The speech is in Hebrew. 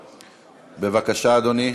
בבקשה, אדוני.